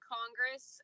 Congress